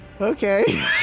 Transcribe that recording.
Okay